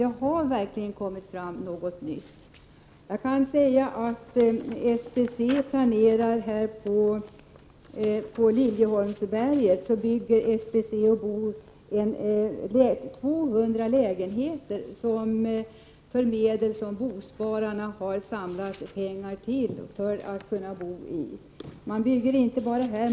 Det har verkligen kommit fram något nytt. SBC planerar att på Liljeholmsberget låta bygga 200 lägenheter för medel som bospararna har samlat för att köpa bostad.